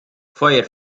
feuer